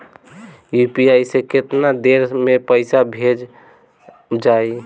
UPI से केतना देर मे पईसा भेजा जाई?